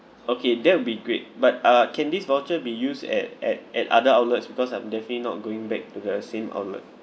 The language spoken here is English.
okay that will be great but uh can this voucher be used at at at other outlets because I'm definitely not going back to the same outlet